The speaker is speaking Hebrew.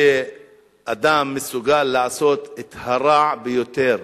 שאדם מסוגל לעשות את הרע ביותר